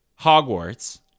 Hogwarts